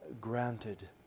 granted